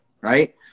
right